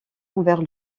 envers